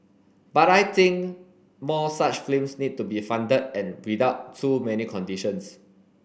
but I think more such films need to be funded and without too many conditions